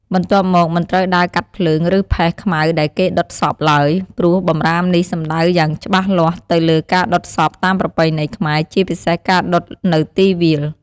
បន្ទាប់មក មិនត្រូវដើរកាត់ភ្លើង ឬផេះខ្មៅដែលគេដុតសពឡើយ ព្រោះបម្រាមនេះសំដៅយ៉ាងច្បាស់លាស់ទៅលើការដុតសពតាមប្រពៃណីខ្មែរ ជាពិសេសការដុតនៅទីវាល។